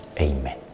Amen